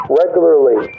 regularly